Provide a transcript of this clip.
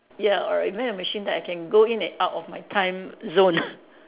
ya alright invent a machine that I can go in and out of my time zone